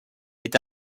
est